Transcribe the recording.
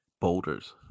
boulders